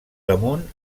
damunt